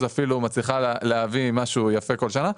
והיא אפילו מצליחה להביא משהו יפה בכל שנה.